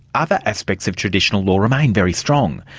other aspects of traditional law remain very strong.